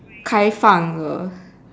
开放了